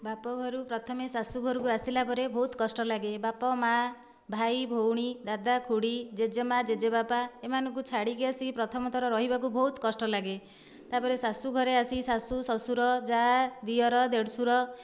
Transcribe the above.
ବାପ ଘରୁ ପ୍ରଥମେ ଶାଶୁ ଘରକୁ ଆସିଲା ପରେ ବହୁତ କଷ୍ଟ ଲାଗେ ବାପ ମାଆ ଭାଇ ଭଉଣୀ ଦାଦା ଖୁଡ଼ି ଜେଜେମା ଜେଜେବାପା ଏମାନଙ୍କୁ ଛାଡ଼ିକି ଆସିକି ପ୍ରଥମଥର ରହିବାକୁ ବହୁତ କଷ୍ଟ ଲାଗେ ତା'ପରେ ଶାଶୁ ଘରେ ଆସିକି ଶାଶୁ ଶ୍ୱଶୁର ଯାଆ ଦିଅର ଦେଢ଼ଶୁର